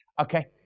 Okay